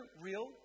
real